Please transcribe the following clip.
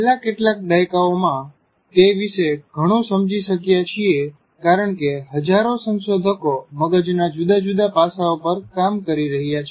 છેલ્લાં કેટલાંક દાયકાઓમાં તે વિશે ઘણું સમજી શક્યા છીએ કારણ કે હજારો સંશોધકો મગજના જુદા જુદા પાસાઓ પર કામ કરી રહ્યા છે